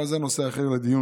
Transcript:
אבל זה בכלל נושא אחר לדיון.